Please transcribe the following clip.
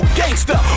gangsta